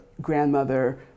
grandmother